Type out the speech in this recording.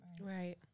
Right